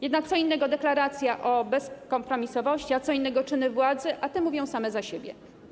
Jednak co innego deklaracja o bezkompromisowości, a co innego czyny władzy, a te mówią same za siebie.